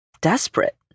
desperate